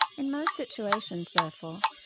in most situations, therefore,